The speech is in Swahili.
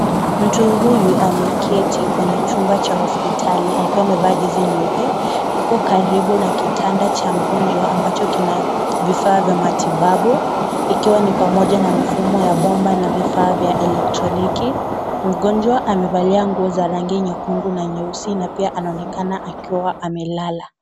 Mtu huyu ameketi kwenye chumba cha hospitali akiwa amevaa jezi nyeupe yuko karibu na kitanda cha mgonjwa ambacho kina vifaa vya matibabu ikiwa ni pamoja na mifumo ya bomba na vifaa vya elektroniki mgonjwa amevalia nguo za rangi nyekundu na nyeusi na pia anaonekana akiwa amelala.